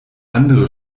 andere